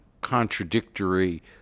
contradictory